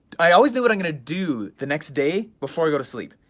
i always know what i'm gonna do the next day, before i go to sleep,